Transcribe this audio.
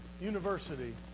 University